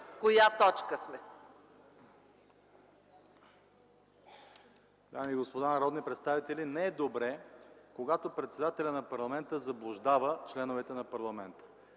на коя точка сме.